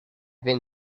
been